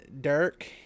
Dirk